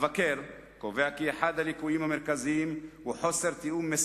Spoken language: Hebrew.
המבקר קובע כי אחד הליקויים המרכזיים הוא תיאום לא